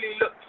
look